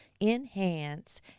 enhance